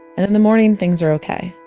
and in the morning, things are ok.